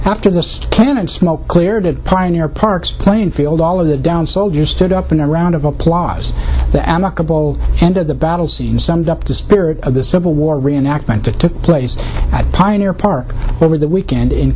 after just can't smoke cleared of pioneer park's playing field all of the down soldiers stood up in a round of applause the amicable end of the battle scene summed up the spirit of the civil war reenactment it took place at pioneer park over the weekend in